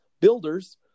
builders